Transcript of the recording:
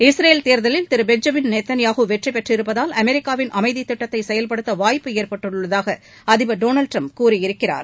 Israel தேர்தலில் திரு Benjamin Netanyahu வெற்றி பெற்றிருப்பதால் அமெிக்காவின் அமைதி திட்டத்தை செயல்படுத்த வாய்ப்பு ஏற்பட்டுள்ளதாக அதிபர் டொனால்ட் ட்ரம்ப் கூறியிருக்கிறார்